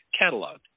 cataloged